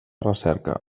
recerca